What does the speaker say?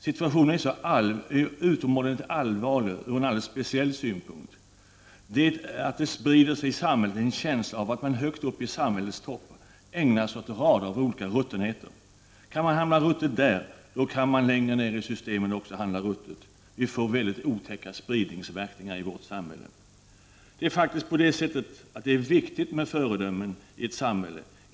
Situationen är utomordentligt allvarlig från en alldeles speciell synpunkt: att det i samhället sprider sig en känsla av att man högt uppe bland samhällets toppar ägnar sig åt rader av olika ruttenheter. Kan man handla ruttet där, kan man handla ruttet också längre ned i systemet. Det får otäcka spridningseffekter i vårt samhälle. Det är faktiskt viktigt med föredömen i ett samhälle.